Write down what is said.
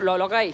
লকাই